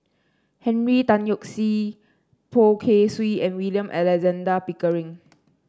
Henry Tan Yoke See Poh Kay Swee and William Alexander Pickering